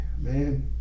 man